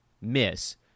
miss